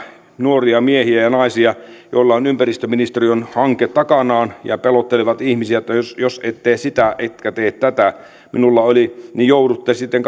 nuoria miehiä ja ja naisia joilla on ympäristöministeriön hanke takanaan ja he pelottelevat ihmisiä että jos ette tee sitä ettekä tee tätä niin joudutte sitten